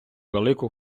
велику